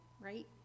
right